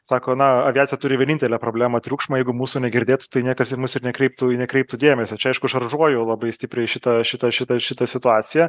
sako na aviacija turi vienintelę problemą triukšmą jeigu mūsų negirdėtų tai niekas į mus ir nekreiptų ir nekreiptų dėmesio čia aišku šaržuoju labai stipriai šitą šitą šitą šitą situaciją